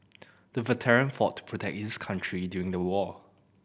the veteran fought to protect his country during the war